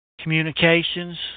Communications